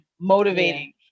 motivating